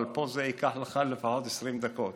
אבל פה זה ייקח לך לפחות 20 דקות.